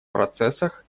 процессах